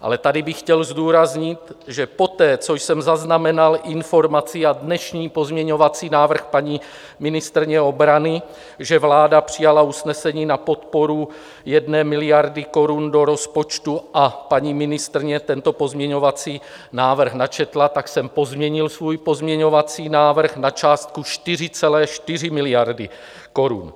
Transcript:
ale tady bych chtěl zdůraznit, že poté, co jsem zaznamenal informaci a dnešní pozměňovací návrh paní ministryně obrany, že vláda přijala usnesení na podporu 1 miliardy korun do rozpočtu a paní ministryně tento pozměňovací návrh načetla, tak jsem pozměnil svůj pozměňovací návrh na částku 4,4 miliardy korun.